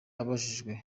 abajijwe